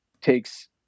takes